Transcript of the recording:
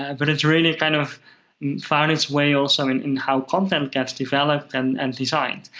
and but it's really kind of found its way also in in how content gets developed and designed.